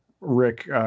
Rick